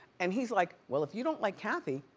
and he's like well, if you don't like kathy,